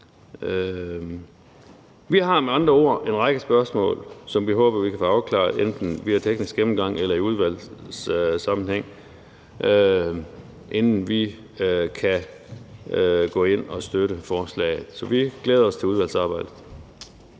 Vi har med andre ord en række spørgsmål, som vi håber at få afklaret enten via en teknisk gennemgang eller i udvalgssammenhæng, inden vi kan gå ind og støtte forslaget. Så vi glæder os til udvalgsarbejdet.